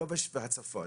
יובש והצפות.